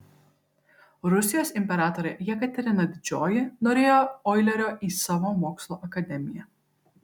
rusijos imperatorė jekaterina didžioji norėjo oilerio į savo mokslų akademiją